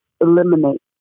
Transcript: eliminate